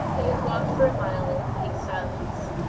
they had walked for a mile in complete silence,